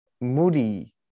moody